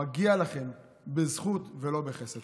מגיע לכם בזכות ולא בחסד.